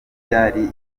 byari